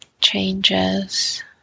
changes